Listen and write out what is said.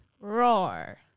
Roar